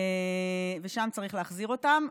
ולשם צריך להחזיר אותם.